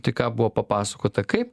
tik ką buvo papasakota kai